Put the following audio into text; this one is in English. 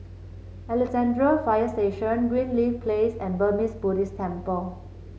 Alexandra Fire Station Greenleaf Place and Burmese Buddhist Temple